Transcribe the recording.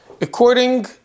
According